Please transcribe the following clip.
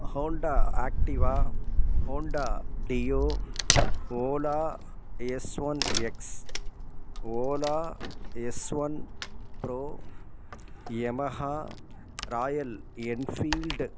Honda Activa Honda dio ola S one X ola S one pro Yamaha Royal Enfield